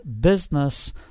business